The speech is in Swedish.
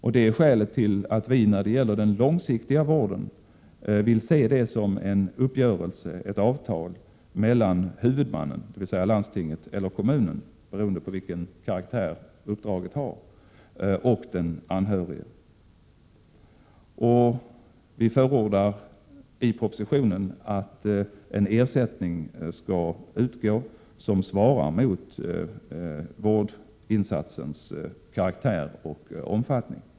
Detta är skälet till att vi när det gäller den långsiktiga vården vill se det hela som en uppgörelse, ett avtal mellan huvudmannen, dvs. landstinget eller kommunen beroende på vilken karaktär uppdraget har, och den anhörige. Vi förordar i propositionen att en ersättning skall utgå som svarar mot vårdinsatsens karaktär och omfattning.